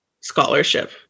scholarship